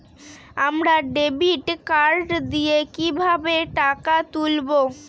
আমরা debit card দিয়ে কিভাবে টাকা তুলবো?